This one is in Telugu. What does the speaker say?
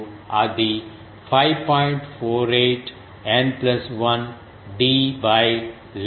48 N 1 d లాంబ్డా నాట్ అవుతుంది